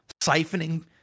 siphoning